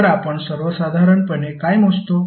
तर आपण सर्वसाधारणपणे काय मोजतो